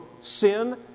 sin